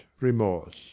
remorse